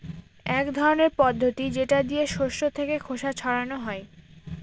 এক ধরনের পদ্ধতি যেটা দিয়ে শস্য থেকে খোসা ছাড়ানো হয়